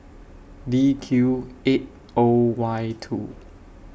D Q eight O Y two